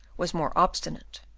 was more obstinate,